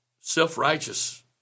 self-righteous